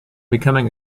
becoming